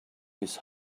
his